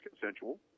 consensual